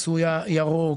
שזה העניין של המיסוי ירוק,